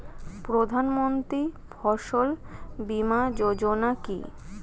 প্রধানমন্ত্রী ফসল বীমা যোজনা কি?